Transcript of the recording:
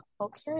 okay